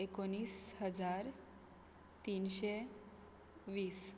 एकुणीस हजार तिनशें वीस